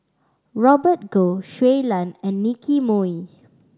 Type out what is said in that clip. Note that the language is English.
Robert Goh Shui Lan and Nicky Moey